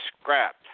scrapped